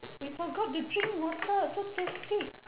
we forgot to drink water so thirsty